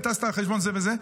וטסת על חשבון זה וזה.